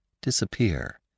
disappear